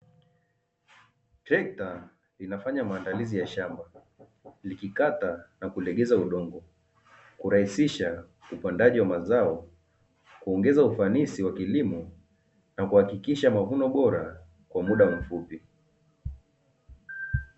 Trekta linafanya maandalizi ya shamba likikata na kulegeza udongo kurahisisha upandaji wa mazao, kuongeza ufanisi wa kilimo na kuhakikisha mavuno bora kwa mda mfupi.